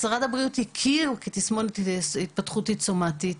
משרד הבריאות הכיר את זה כתסמונת התפתחותית סומטית,